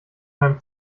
beim